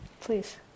Please